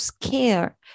care